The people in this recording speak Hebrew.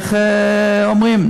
איך אומרים?